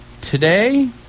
Today